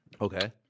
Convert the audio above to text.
Okay